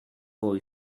boy